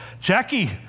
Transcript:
Jackie